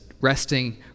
resting